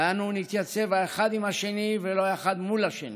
ואנו נתייצב האחד עם השני ולא האחד מול השני.